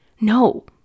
No